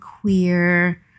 queer